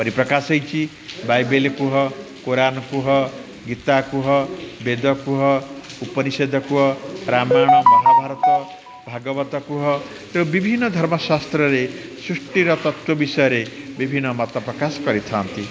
ପରିପ୍ରକାଶ ହେଇଚି ବାଇବେଲ କୁହ କୋରାନ୍ କୁହ ଗୀତା କୁହ ବେଦ ପୁହ ଉପନିଷେଦ କୁହ ରାମାୟଣ ମହାଭାରତ ଭାଗବତ କୁହ ତେଣୁ ବିଭିନ୍ନ ଧର୍ମଶାସ୍ତ୍ରରେ ସୃଷ୍ଟିର ତତ୍ତ୍ୱ ବିଷୟରେ ବିଭିନ୍ନ ମତ ପ୍ର୍ରକାଶ କରିଥାନ୍ତି